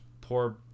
poor